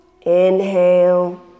inhale